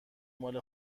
مال